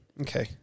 okay